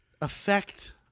affect